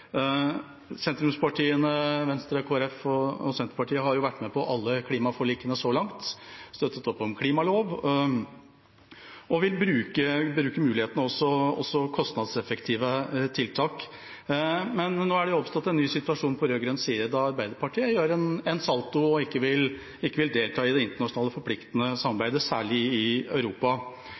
Sentrumspartiene Venstre, Kristelig Folkeparti og Senterpartiet har jo vært med på alle klimaforlikene så langt, støttet opp om klimalov og vil bruke mulighetene, også kostnadseffektive tiltak. Men nå har det oppstått en ny situasjon på rød-grønn side, da Arbeiderpartiet gjør en salto og ikke vil delta i det internasjonale forpliktende samarbeidet, særlig i Europa.